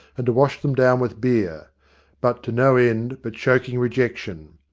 and to wash them down with beer but to no end but choking rejection.